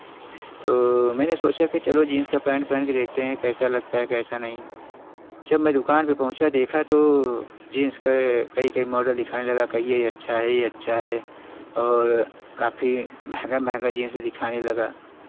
तो मैनें सोचा की चलो जिन्स का पैंट पहन के देखते हैं कैसा लगता है कैसा नहीं जब मैं दुकान पर पहुँचा देखा तो जिन्स के कई के मॉडल दिखाने लगा कहकर यह अच्छा है यह अच्छा है और काफ़ी महँगा महँगा जिन्स दिखाने लगा